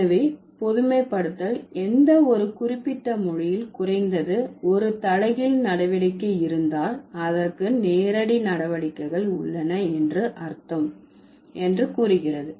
எனவே பொதுமைப்படுத்தல் எந்த ஒரு குறிப்பிட்ட மொழியில் குறைந்தது ஒரு தலைகீழ் நடவடிக்கை இருந்தால் அதற்கு நேரடி நடவடிக்கைகள் உள்ளன என்று அர்த்தம் என்று கூறுகிறது